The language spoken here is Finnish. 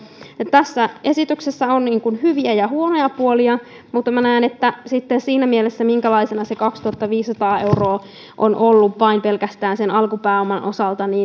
tässä esityksessä on hyviä ja huonoja puolia mutta minä näen että sitten siinä mielessä minkälaisena se kaksituhattaviisisataa euroa on ollut pelkästään sen alkupääoman osalta